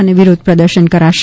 અને વિરોધ પ્રદર્શન કરાશે